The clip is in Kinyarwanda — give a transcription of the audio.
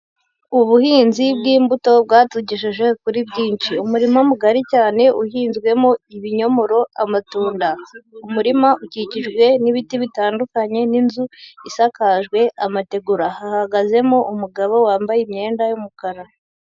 Ubuhinzi bw'imbuto bwatugejeje kuri byinshi, umurima mugari cyane uhinzwemo ibinyomoro, amatunda, umurima ukikijwe n'ibiti bitandukanye n'inzu isakajwe amategura, hahagazemo umugabo wambaye imyenda y'umukara.